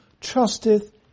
trusteth